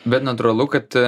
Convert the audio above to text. bet netūralu kad